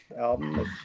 album